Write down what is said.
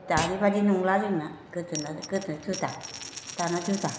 दानि बायदि नंला जोंना गोदोना गोदो जुदा दाना जुदा